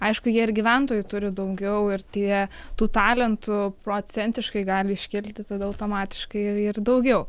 aišku jie ir gyventojų turi daugiau ir tie tų talentų procentiškai gali iškilti tada automatiškai ir ir daugiau